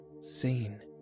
seen